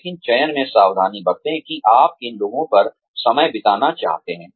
लेकिन चयन में सावधानी बरतें कि आप किन लोगों पर समय बिताना चाहते हैं